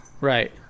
Right